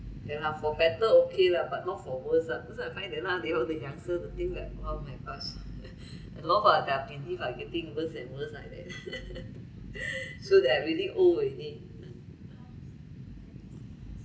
ya lah for better okay lah but not for worse lah because I find that nowadays all youngster the thing like !wow! my gosh a lot ah there are plenty getting worse and worse like that so that I really old already